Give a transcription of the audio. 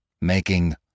Making